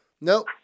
no